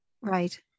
Right